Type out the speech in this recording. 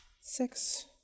six